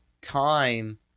time